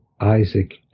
Isaac